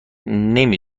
نمی